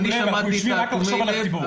אנחנו יושבים פה רק כדי לחשוב על הציבור.